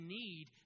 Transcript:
need